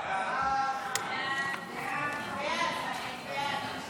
סעיפים 1 2 נתקבלו.